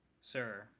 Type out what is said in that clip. sir